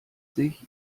sich